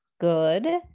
Good